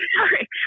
sorry